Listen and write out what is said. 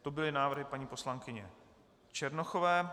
To byly návrhy paní poslankyně Černochové.